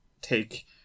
take